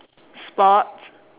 sports